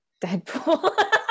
Deadpool